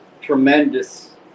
tremendous